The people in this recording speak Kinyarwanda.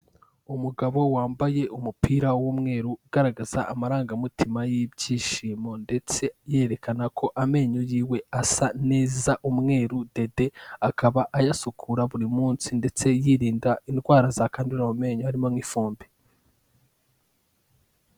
Umugabo wambaye umupira w'umweru, ugaragaza amarangamutima y'ibyishimo ndetse yerekana ko amenyo yiwe asa neza, umweru dede, akaba ayasukura buri munsi ndetse yirinda indwara zakwandurira mu menyo harimo nk'ifumbi.